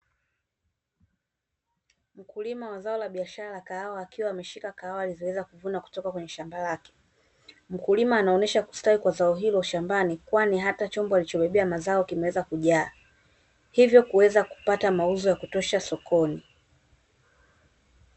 Mkulima wa zao la biashara la kahawa akiwa ameshika kahawa alizoweza kuvuna kutoka kwenye shamba lake. Mkulima anaonyesha kustawi kwa zao hilo shambani kwani hata chombo alichobebea mazao kimeweza kujaa, hivyo kuweza kupata mauzo ya kutosha sokoni.